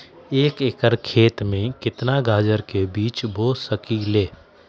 एक एकर खेत में केतना गाजर के बीज बो सकीं ले?